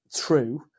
true